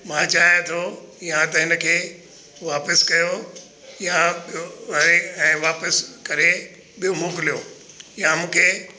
मां चाहियां थो या त इन खे वापसि कयो या ॿियो ऐं ऐं वापसि करे ॿियो मोकिलियो या मूंखे